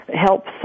help